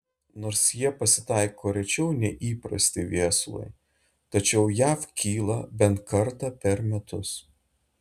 nors jie pasitaiko rečiau nei įprasti viesulai tačiau jav kyla bent kartą per metus